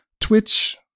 Twitch